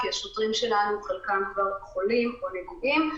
כי חלק מהשוטרים שלנו כבר חולים או נגועים,